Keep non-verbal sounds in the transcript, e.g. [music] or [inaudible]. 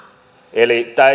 eli tämä [unintelligible]